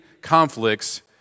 conflicts